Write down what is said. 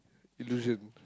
illusion